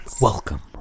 Welcome